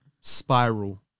Spiral